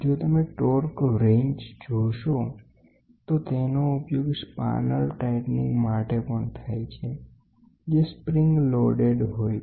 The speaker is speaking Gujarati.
જો તમે ટોર્ક રેંચ જોશો તો તેનો ઉપયોગ સ્પાનેર ટાઇટ માટે પણ થાય છે જે સ્પ્રિંગ લોડેડ હોય છે